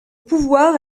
pouvoir